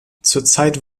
zurzeit